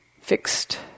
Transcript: fixed